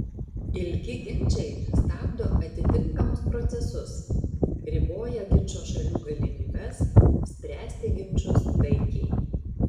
ilgi ginčai stabdo atitinkamus procesus riboja ginčo šalių galimybes spręsti ginčus taikiai